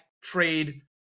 trade